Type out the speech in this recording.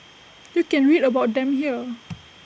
you can read about them here